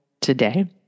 today